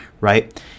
right